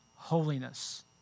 holiness